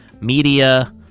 Media